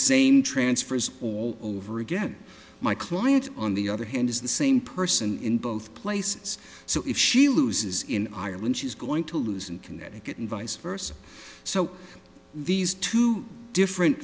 same transfers all over again my client on the other hand is the same person in both places so if she loses in ireland she's going to lose in connecticut and vice versa so these two different